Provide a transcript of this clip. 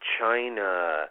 China